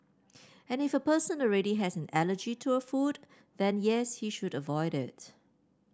and if a person already has an allergy to a food then yes he should avoid it